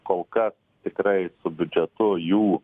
kol kas tikrai su biudžetu jų